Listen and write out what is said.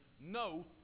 no